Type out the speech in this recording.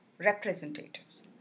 representatives